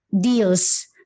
deals